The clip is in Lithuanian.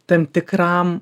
tam tikram